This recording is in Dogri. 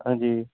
हां जी